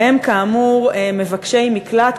והם כאמור מבקשי מקלט,